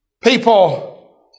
People